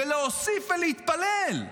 ולהוסיף להתפלל.